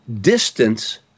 distance